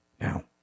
Now